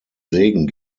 segen